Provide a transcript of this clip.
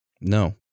No